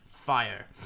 fire